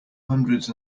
hundreds